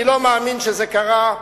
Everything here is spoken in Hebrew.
אני לא מאמין שזה קרה,